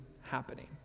happening